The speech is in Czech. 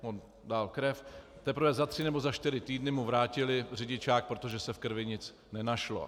On dal krev a teprve za tři nebo za čtyři týdny mu vrátili řidičák, protože se v krvi nic nenašlo.